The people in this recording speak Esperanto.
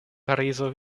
parizo